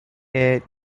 est